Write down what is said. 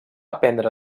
aprendre